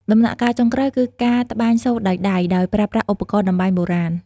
ដំណាក់កាលចុងក្រោយគឺការត្បាញសូត្រដោយដៃ ដោយប្រើប្រាស់ឧបករណ៍តម្បាញបុរាណ។